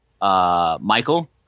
Michael